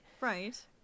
right